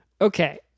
Okay